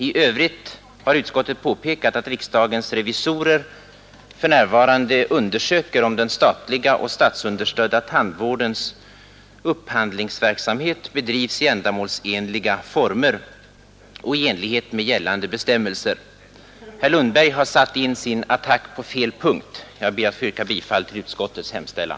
I övrigt har utskottet påpekat att riksdagens revisorer för närvarande undersöker, om den statliga och statsunderstödda tandvårdens upphandlingsverksamhet bedrivs i ändamålsenliga former och i enlighet med gällande bestämmelser. Herr Lundberg har satt in sin attack på fel punkt. Jag ber att få yrka bifall till utskottets hemställan.